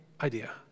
idea